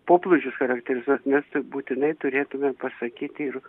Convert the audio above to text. poplūdžius charakterizuot mes būtinai turėtumėm pasakyti ir